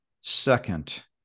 second